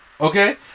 Okay